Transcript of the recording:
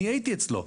אני הייתי אצלו.